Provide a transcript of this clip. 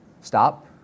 Stop